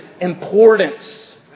importance